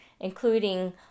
including